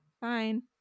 fine